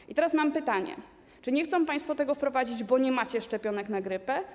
I teraz mam pytanie: Czy nie chcą państwo tego wprowadzić, bo nie macie szczepionek na grypę?